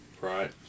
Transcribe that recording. Right